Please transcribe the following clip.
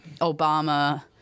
Obama